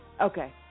Okay